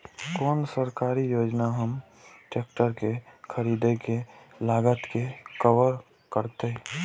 कोन सरकारी योजना हमर ट्रेकटर के खरीदय के लागत के कवर करतय?